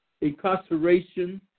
Incarceration